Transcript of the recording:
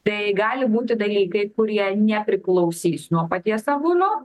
tai gali būti dalykai kurie nepriklausys nuo paties arūno